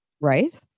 right